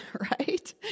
right